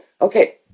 Okay